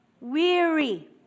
weary